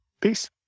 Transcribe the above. Peace